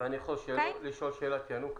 אני יכול לשאול שאלת ינוקא?